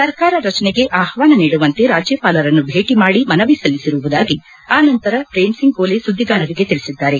ಸರ್ಕಾರ ರಚನೆಗೆ ಆಹ್ವಾನ ನೀಡುವಂತೆ ರಾಜ್ಯಪಾಲರನ್ನು ಭೇಟಿ ಮಾಡಿ ಮನವಿ ಸಲ್ಲಿಸಿರುವುದಾಗಿ ಆನಂತರ ಶ್ರೇಮ್ ಸಿಂಗ್ ಗೋರೆ ಸುದ್ದಿಗಾರರಿಗೆ ತಿಳಿಸಿದ್ದಾರೆ